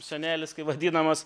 senelis kai vadinamas